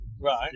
Right